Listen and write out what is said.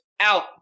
out